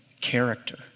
character